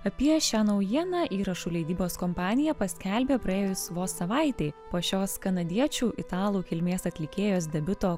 apie šią naujieną įrašų leidybos kompanija paskelbė praėjus vos savaitei po šios kanadiečių italų kilmės atlikėjos debiuto